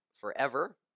forever